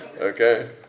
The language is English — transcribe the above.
Okay